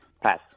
Pass